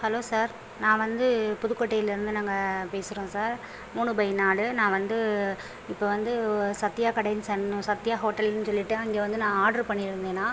hello sir நான் வந்து புதுக்கோட்டையிலேந்து நாங்கள் பேசுகிறோம் சார் மூணு பை நாலு நான் வந்து இப்போ வந்து சத்யா கடையின் சன்னு சத்யா ஹோட்டலுன்னு சொல்லிட்டு அங்கே வந்து நான் ஆட்ரு பண்ணியிருந்தேன் நான்